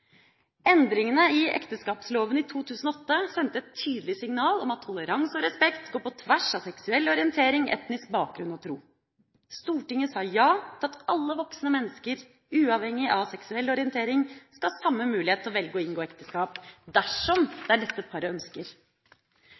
Endringene i ekteskapsloven i 2008 sendte et tydelig signal om at toleranse og respekt går på tvers av seksuell orientering, etnisk bakgrunn og tro. Stortinget sa ja til at alle voksne mennesker uavhengig av seksuell orientering skal ha samme mulighet til å velge å inngå ekteskap dersom det er det dette paret ønsker.